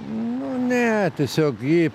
nu ne tiesiog jį